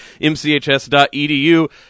mchs.edu